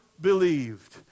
believed